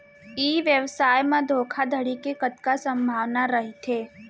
ई व्यवसाय म धोका धड़ी के कतका संभावना रहिथे?